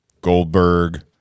Goldberg